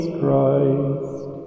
Christ